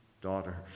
daughters